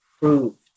proved